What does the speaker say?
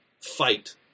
fight